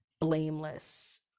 blameless